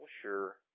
sure